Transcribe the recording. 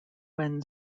when